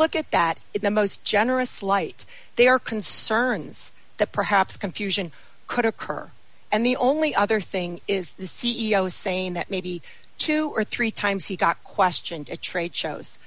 look at that at the most generous light they are concerns that perhaps confusion could occur and the only other thing is the c e o is saying that maybe two or three times he got questioned at trade shows